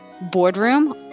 boardroom